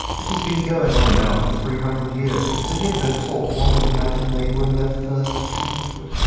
it has been going on now for three hundred years. to hear them talk one would imagine they were in their first childhood.